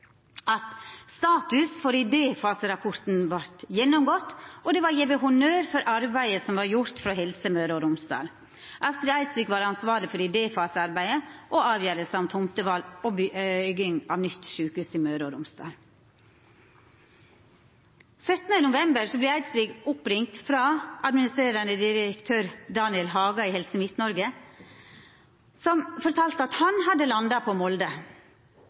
at status for idéfaserapporten vart gjennomgått, og at det vart gjeve honnør for arbeidet som var gjort frå Helse Møre og Romsdal. Astrid Eidsvik var ansvarleg for idéfasearbeidet og avgjerda om tomteval og bygging av nytt sjukehus i Møre og Romsdal. Den 17. november vart Eidsvik oppringd av administrerande direktør Daniel Haga i Helse Midt-Noreg, som fortalde at han hadde landa på Molde